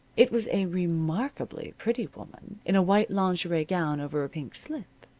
it was a remarkably pretty woman in a white lingerie gown over a pink slip.